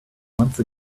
once